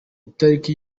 itariki